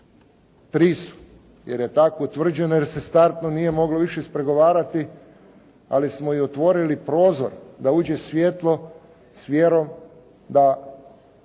tri su, jer je tako utvrđeno, jer se startno nije moglo više ispregovarati. Ali smo i otvorili prozor da uđe svjetlo s vjerom da